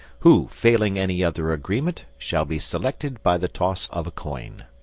who, failing any other agreement, shall be selected by the toss of a coin.